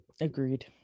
Agreed